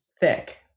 Thick